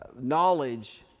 knowledge